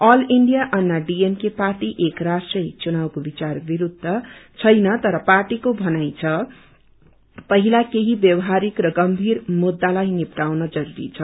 all Anna DMK party एक राष्ट्र एक चुनाकको विचार विसुद्ध छैन तर पार्टीको भनाई छ पछिला केही व्यावहारिक र गम्मीर मुद्दालाई निप्यउन जरूरी छ